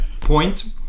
point